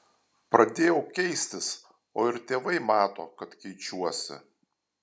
pradėjau keistis o ir tėvai mato kad keičiuosi